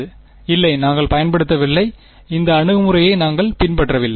மாணவர் இல்லை நாங்கள் பயன்படுத்தவில்லை இந்த அணுகுமுறையை நாங்கள் பின்பற்றவில்லை